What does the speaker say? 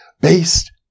based